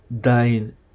dying